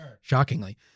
Shockingly